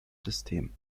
system